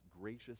gracious